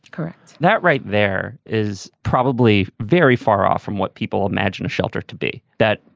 correct? that right there is probably very far off from what people imagine a shelter to be that,